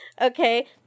Okay